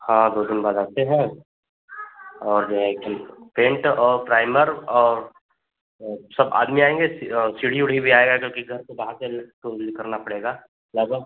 हाँ दो दिन बाद आते हैं और जो है कि पेन्ट और प्राइमर और सब आदमी आएँगे सीढ़ी उढ़ी भी आएगी क्योंकि घर से बाहर चल करना पड़ेगा ज़्यादा